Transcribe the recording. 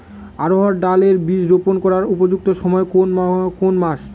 অড়হড় ডাল এর বীজ রোপন করার উপযুক্ত সময় কোন কোন মাস?